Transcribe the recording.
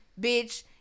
bitch